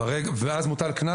ואז מוטל קנס.